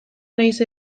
nahiz